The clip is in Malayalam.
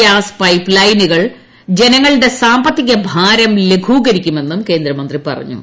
ഗ്യാസ് പൈപ്പ് ലൈനുകൾ ജനങ്ങളുടെ സാമ്പത്തികഭാരം ലഘൂകരിക്കുമെന്നും കേന്ദ്രമന്ത്രി പറഞ്ഞു